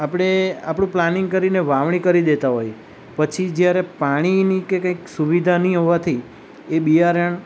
આપણે આપણું પ્લાનિંગ કરીને વાવણી કરી દેતા હોય પછી જ્યારે પાણીની કે કંઈક સુવિધા નહીં હોવાથી એ બિયારણ